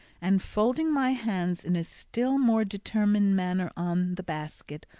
and folding my hands in a still more determined manner on the basket,